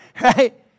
right